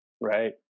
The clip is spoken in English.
Right